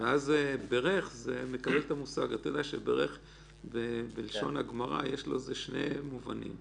התכוונתי כמובן במובן החיובי.